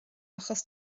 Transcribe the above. achos